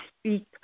speak